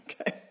Okay